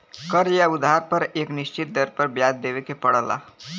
कर्ज़ या उधार पर एक निश्चित दर पर ब्याज देवे के पड़ला